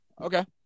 Okay